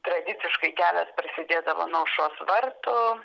tradiciškai kelias prasidėdavo nuo aušros vartų